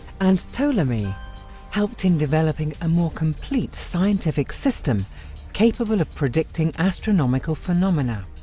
and ptolemy helped in developing a more complete scientific system capable of predicting astronomical phenomena.